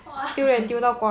!wah!